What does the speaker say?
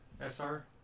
SR